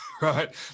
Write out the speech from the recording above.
right